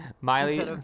Miley